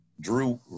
Drew